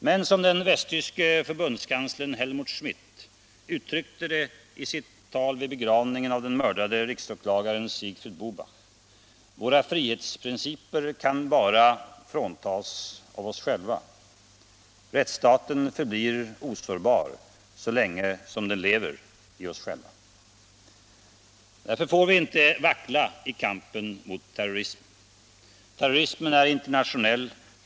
Men som den västtyske förbundskanslern Helmuth Schmidt uttryckte det i sitt tal vid begravningen av den mördade riksåklagaren Siegfried Buback: Våra frihetsprinciper kan bara frångås av oss själva. Rättsstaten blir osårbar så länge som den lever i oss själva. Därför får vi inte vackla i kampen mot terrorismen. Terrorismen är internationell.